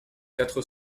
quatre